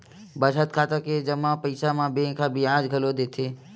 बचत खाता के जमा पइसा म बेंक ह बियाज घलो देथे